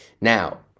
Now